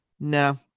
No